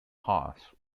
hasse